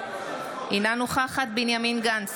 אינה נוכחת בנימין גנץ,